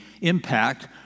impact